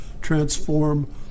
transform